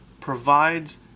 provides